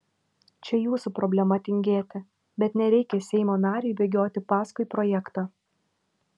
čia jūsų problema tingėti bet nereikia seimo nariui bėgioti paskui projektą